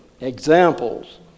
Examples